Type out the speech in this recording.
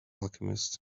alchemist